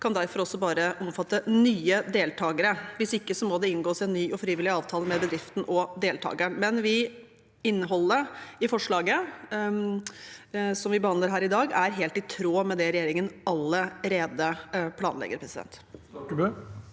kan derfor også bare omfatte nye deltakere, hvis ikke må det inngås en ny og frivillig avtale med bedriften og deltakeren. Men innholdet i forslaget som vi behandler her i dag, er helt i tråd med det regjeringen allerede planlegger. Aleksander